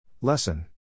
Lesson